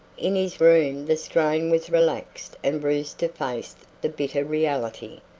in his room the strain was relaxed and brewster faced the bitter reality.